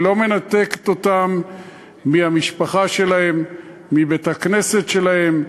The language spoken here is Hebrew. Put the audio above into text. היא לא מנתקת אותם מהמשפחה שלהם, מבית-הכנסת שלהם,